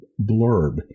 blurb